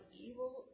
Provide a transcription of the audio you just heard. evil